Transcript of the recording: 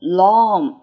long